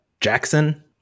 Jackson